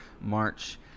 March